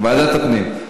ועדת הפנים.